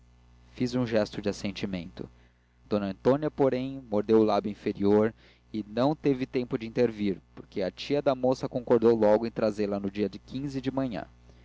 fiz um gesto de assentimento d antônia porem mordeu o lábio inferior e não teve tempo de intervir porque a tia da moça concordou logo em trazê-la no dia de manhã